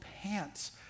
pants